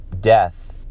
death